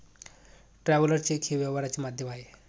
traveller cheque हे व्यवहाराचे माध्यम आहे